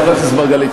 חבר הכנסת מרגלית,